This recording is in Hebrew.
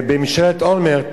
בממשלת אולמרט.